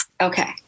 Okay